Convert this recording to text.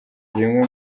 zimwe